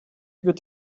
wird